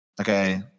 okay